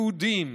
יהודים,